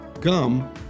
gum